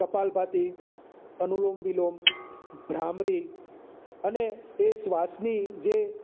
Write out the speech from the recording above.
કપાલભાતી અનુલોમ વિલોમ ભ્રામરી અને એ શ્વાસની જે